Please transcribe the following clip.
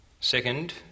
Second